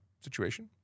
situation